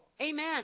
Amen